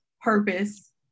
purpose